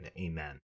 Amen